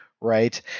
right